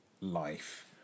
life